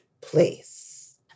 place